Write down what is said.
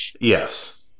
Yes